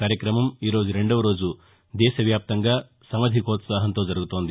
కార్యక్రమం ఈరోజు రెందవ రోజు దేశవ్యాప్తంగా సమధికోత్సాహంతో జరుగుతోంది